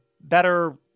better